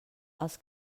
els